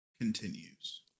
continues